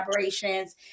collaborations